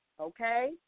okay